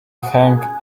hang